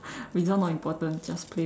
result not important just play only